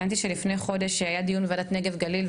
הבנתי שלפני חודש היה דיון בוועדת הנגב והגליל,